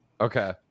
Okay